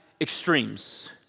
extremes